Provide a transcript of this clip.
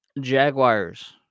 Jaguars